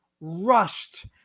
rushed